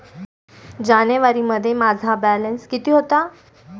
जानेवारीमध्ये माझा बॅलन्स किती होता?